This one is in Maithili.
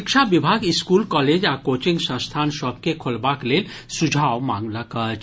शिक्षा विभाग स्कूल कॉलेज आ कोचिंग संस्थान सभ के खोलबाक लेल सुझाव मांगलक अछि